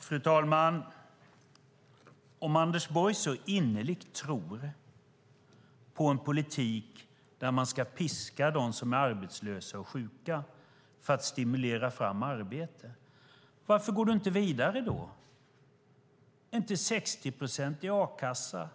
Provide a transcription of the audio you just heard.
Fru talman! Om Anders Borg så innerligt tror på en politik där man ska piska dem som är arbetslösa och sjuka för att stimulera fram arbete - varför går han då inte vidare? Är inte en 60-procentig a-kassa